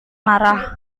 marah